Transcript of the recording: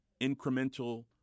incremental